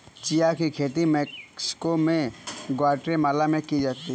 chia की खेती Mexico एवं ग्वाटेमाला में की जाती है